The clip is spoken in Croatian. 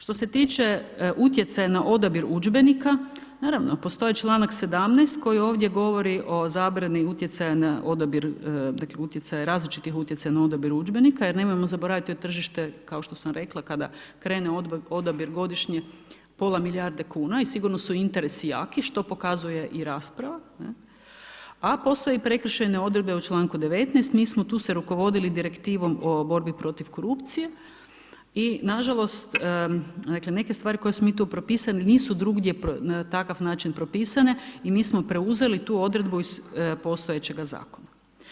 Što se tiče utjecaja na odabir udžbenika, naravno, postoji članak 17. koji ovdje govori o zabrani utjecaja na odabir dakle različitih utjecaja na odabir udžbenika jer nemojmo zaboraviti to tržište kao što sam rekla, kada krene odabir godišnji, pola milijarde kuna i sigurno su interesi jaki što pokazuje i rasprava, a postoje i prekršajne odredbe u članku 19., mi smo tu se rukovodili direktivom o borbi protiv korupcije i nažalost, dakle neke stvari koje smo mi tu propisali, nisu drugdje na takav način propisane i mi smo preuzeli tu odredbu iz postojećega zakona.